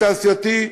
תעשייתי,